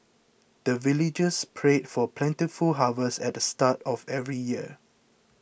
the villagers pray for plentiful harvest at the start of every year